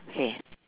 hi